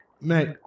Mate